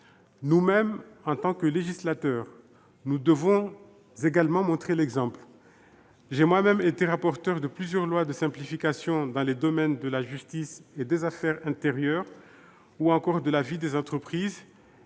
Nous-mêmes, en tant que législateurs, nous devons également montrer l'exemple. J'ai moi-même été rapporteur de plusieurs projets de loi de simplification dans le domaine de la justice et des affaires intérieures ou de la vie des entreprises